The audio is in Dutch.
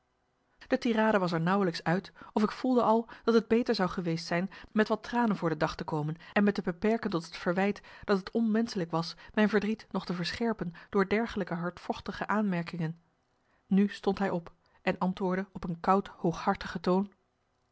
de tirade was er nauwelijks uit of ik voelde al dat het beter zou geweest zijn met wat tranen voor den dag te komen en me te beperken tot het verwijt dat t onmenschelijk was mijn verdriet nog te verscherpen door dergelijke hardvochtige aanmerkingen nu stond hij op en antwoordde op een koud hooghartige toon